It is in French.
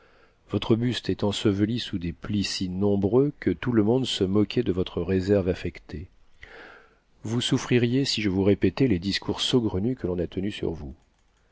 votre buste est enseveli sous des plis si nombreux que tout le monde se moquait de votre réserve affectée vous souffririez si je vous répétais les discours saugrenus que l'on a tenus sur vous